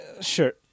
sure